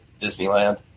Disneyland